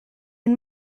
and